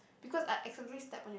because I accidentally step on your